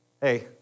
Hey